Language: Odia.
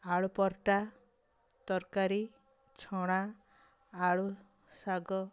ଆଳୁ ପରଟା ତରକାରୀ ଛଣା ଆଳୁ ଶାଗ